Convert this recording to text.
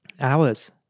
Hours